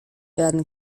werden